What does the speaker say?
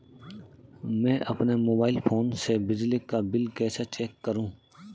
मैं अपने mobile phone से बिजली का बिल कैसे चेक करूं?